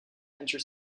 enter